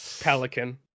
Pelican